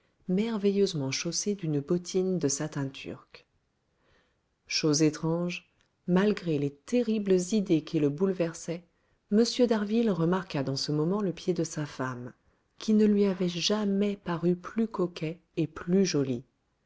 merveilleusement chaussé d'une bottine de satin turc chose étrange malgré les terribles idées qui le bouleversaient m d'harville remarqua dans ce moment le pied de sa femme qui ne lui avait jamais paru plus coquet et plus joli